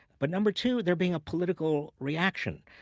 but number two, there being a political reaction.